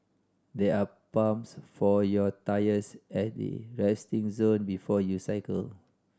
there are pumps for your tyres at the resting zone before you cycle